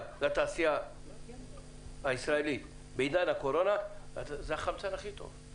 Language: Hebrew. לתעשייה הישראלית בעידן הקורונה אז זה החמצן הכי טוב,